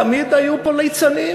תמיד היו פה ליצנים?